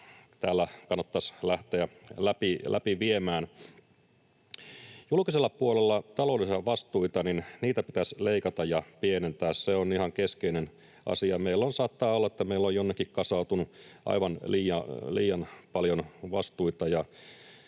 täällä kannattaisi lähteä läpi viemään. Julkisella puolella taloudellisia vastuita pitäisi leikata ja pienentää, se on ihan keskeinen asia. Saattaa olla, että meillä on jonnekin kasautunut aivan liian paljon vastuita,